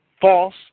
false